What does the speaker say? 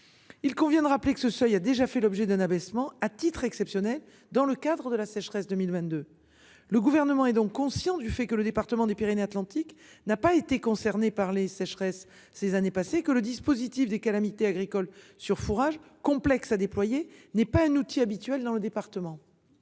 Il convient de rappeler que ce seuil a déjà fait l'objet d'un abaissement à titre exceptionnel dans le cadre de la sécheresse. 2022. Le gouvernement est donc conscient du fait que le département des Pyrénées-Atlantiques n'a pas été concerné par les sécheresses ces années passées, que le dispositif des calamités agricoles sur fourrage complexe à déployer n'est pas un outil habituel dans le département.